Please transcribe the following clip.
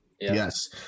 Yes